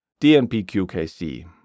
DnPQKC